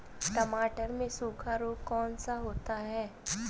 टमाटर में सूखा रोग कौन सा होता है?